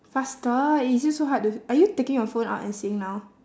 faster is it so hard to are you taking your phone out and seeing now